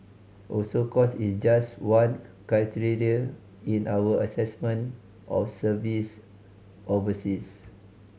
also cost is just one criteria in our assessment of service overseas